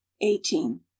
eighteen